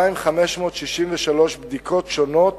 2,563 בדיקות שונות